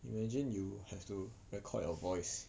imagine you have to record your voice